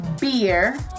beer